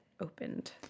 opened